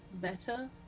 better